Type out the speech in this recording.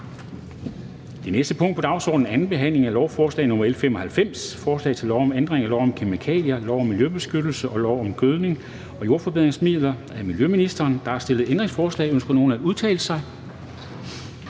Det næste punkt på dagsordenen er: 23) 2. behandling af lovforslag nr. L 95: Forslag til lov om ændring af lov om kemikalier, lov om miljøbeskyttelse og lov om gødning og jordforbedringsmidler m.v. (Supplerende bestemmelser til